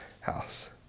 house